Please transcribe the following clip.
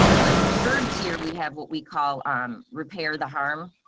the third tier, we have what we call um repair the harm.